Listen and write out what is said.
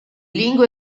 lingua